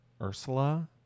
Ursula